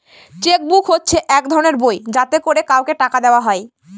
check book হচ্ছে এক ধরনের বই যাতে করে কাউকে টাকা দেওয়া হয়